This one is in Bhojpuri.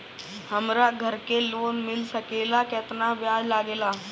हमरा घर के लोन मिल सकेला केतना ब्याज लागेला?